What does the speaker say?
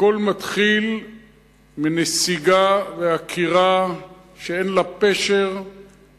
הכול מתחיל מנסיגה ומעקירה שאין לה פשר,